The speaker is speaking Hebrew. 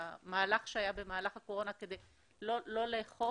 המהלך שהיה במהלך הקורונה כדי לא לאכוף,